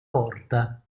porta